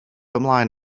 ymlaen